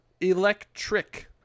electric